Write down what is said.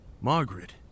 Margaret